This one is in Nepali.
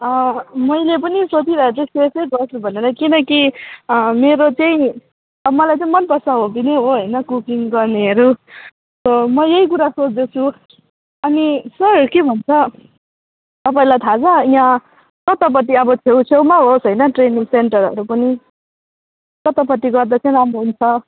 मैले पनि सोचिरहेछु त्यस्तै गर्छु भनेर किनकि मेरो चाहिँ अब मलाई चाहिँ मनपर्छ हबी नै हो होइन कुकिङ गर्नेहरू म यही कुरा सोच्दैछु अनि सर के भन्छ तपाईँलाई थाहा छ यहाँ कतापट्टि अब छेउ छेउमा होस् होइन ट्रेनिङ सेन्टरहरू पनि कतापट्टि गर्दा चाहिँ राम्रो हुन्छ